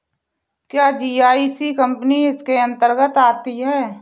क्या GIC company इसके अन्तर्गत आती है?